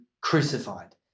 crucified